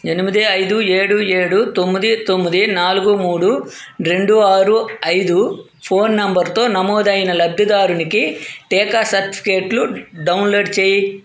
ఎనిమిది ఐదు ఏడు ఏడు తొమ్మిది తొమ్మిది నాలుగు మూడు రెండు ఆరు ఐదు ఫోన్ నంబరుతో నమోదు అయిన లబ్ధిదారుకి టీకా సర్టిఫికేట్లు డౌన్లోడ్ చెయ్